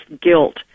guilt